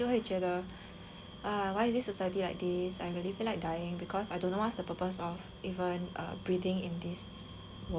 ah why is this society like these I really feel like dying because I don't know what the purpose of even err breathing in this world you know